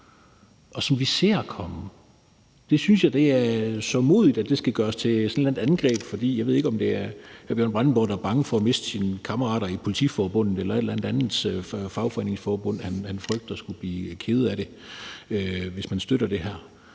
og som vi ser komme. Jeg synes, det er sørgmodigt, at det skal gøres til et eller andet angreb. Jeg ved ikke, om det er, fordi hr. Bjørn Brandenborg er bange for at miste sine kammerater i Politiforbundet eller et eller andet andet fagforeningsforbund, han frygter skulle blive kede af det, hvis man støtter det her,